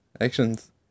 actions